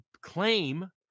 claim